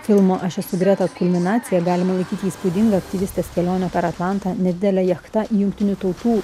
filmo aš esu greta kulminacija galima laikyti įspūdingą aktyvistės kelionę per atlantą nedidele jachta jungtinių tautų